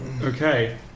Okay